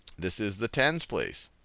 this is the tens place,